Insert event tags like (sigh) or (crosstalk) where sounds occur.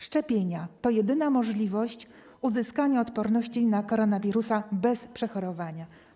Szczepienia to jedyna możliwość (noise) uzyskania odporności na koronawirusa bez przechorowania.